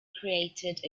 created